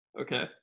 Okay